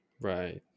right